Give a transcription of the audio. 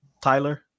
Tyler